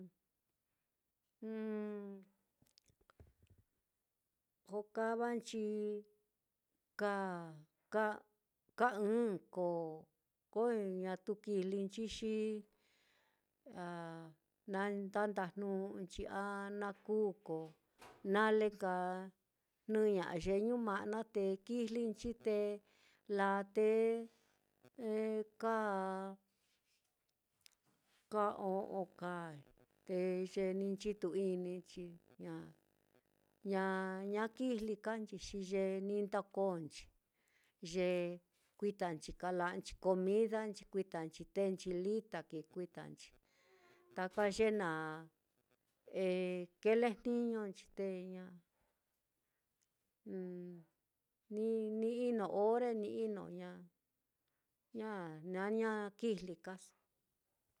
jokavanchi ka ka ka ɨ̄ɨ̱n, ko ko ñatu kijlinchi xi a na nda ndajnu'unchi a na kuu ko nale nka jnɨña'a ye ñuma'na, te kijlinchi te laa te ka ka o'on kaa, te ye ni nchitu-ininchi, ña ña ña kijli kanchi, xi ye ni ndokonchi, ye kuitanchi kala'nchi comidanchi, kuitanchi teenchi lita, kikuitanchi taka ye naá kilejniñonchi, te ña ni ni ino ore ni ino, ña ña ñana na kijli kaso.